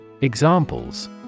Examples